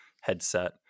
headset